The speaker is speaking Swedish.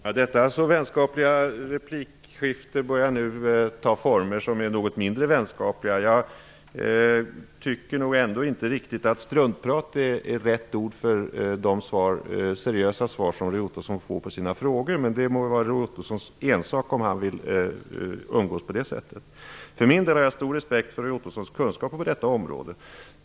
Fru talman! Detta så vänskapliga replikskifte börjar nu ta former som är något mindre vänskapliga. Jag tycker ändå inte riktigt att struntprat är rätt ord för de seriösa svar som Roy Ottosson får på sina frågor. Men det må vara Roy Ottossons ensak om han vill umgås på det sättet. För min del har jag stor respekt för Roy Ottossons kunskap på detta område.